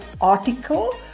article